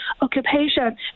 occupation